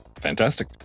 Fantastic